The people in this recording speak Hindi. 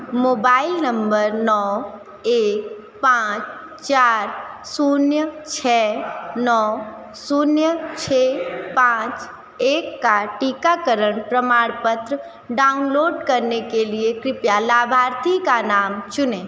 मोबाइल नंबर नौ एक पाँच चार शून्य छः नौ शून्य छः पाँच एक का टीकाकरण प्रमाणपत्र डाउनलोड करने के लिए कृपया लाभार्थी का नाम चुनें